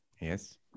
Yes